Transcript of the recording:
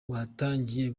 watangiye